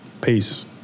Peace